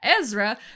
Ezra